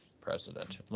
president